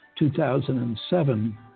2007